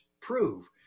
prove